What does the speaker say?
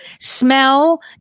smell